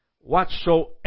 whatsoever